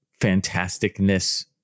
fantasticness